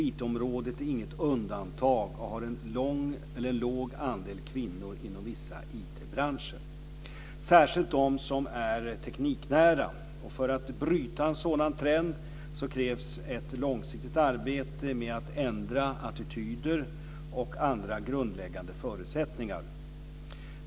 IT-området är inget undantag och har en låg andel kvinnor inom vissa IT branscher, särskilt de som är tekniknära. För att bryta en sådan trend krävs ett långsiktigt arbete med att ändra attityder och andra grundläggande förutsättningar.